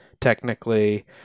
technically